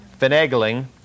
finagling